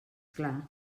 clar